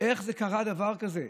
איך קרה דבר כזה?